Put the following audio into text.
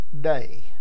day